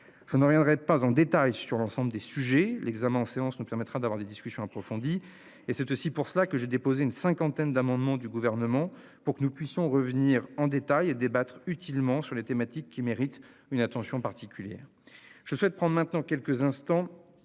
Je ne reviendrai pas en détail sur l'ensemble des sujets, l'examen en séance nous permettra d'avoir des discussions approfondies et c'est aussi pour cela que j'ai déposé une cinquantaine d'amendements du gouvernement pour que nous puissions revenir en détail à débattre utilement sur les thématiques qui méritent une attention particulière. Je souhaite prendre maintenant quelques instants.